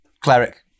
Cleric